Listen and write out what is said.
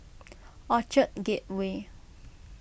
Orchard Gateway